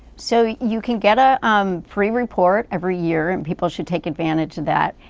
so, you can get a um free report every year and people should take advantage of that.